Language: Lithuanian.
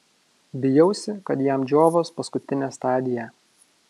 bijausi kad jam džiovos paskutinė stadija